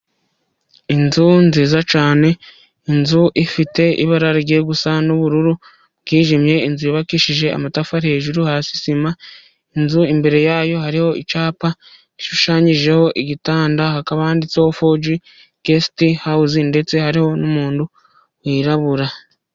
Inzu nziza cyane inzu ifite ibara rigiye gusa n'ubururu bwijimye, inzu yubakishije amatafari hejuru hasi sima, inzu imbere yayo hariho icyapa gishushanyijeho igitanda ,hakaba handitseho foji gesiti hawuzi ndetse hariho n'umuntu wirabura.